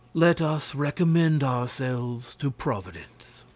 let us recommend ourselves to providence.